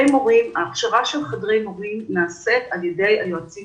ההכשרה של חדרי מורים נעשית על ידי היועצים